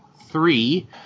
Three